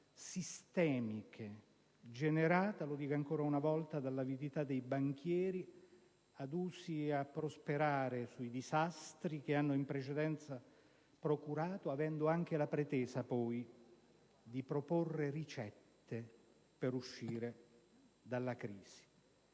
sistemiche, generate - lo dico ancora una volta - dall'avidità dei banchieri adusi a prosperare sui disastri che hanno in precedenza procurato, avendo anche la pretesa, poi, di proporre ricette per uscire dalla crisi.